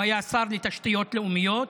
הוא היה שר לתשתיות לאומיות,